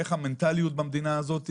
איך המנטליות במדינה הזאת,